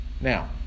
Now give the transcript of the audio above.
Now